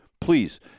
Please